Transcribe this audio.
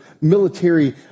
military